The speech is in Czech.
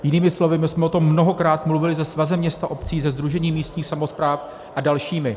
Jinými slovy my jsme o tom mnohokrát mluvili se Svazem měst a obcí, se Sdružením místních samospráv a dalšími.